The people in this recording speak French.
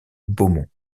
beaumont